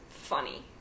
funny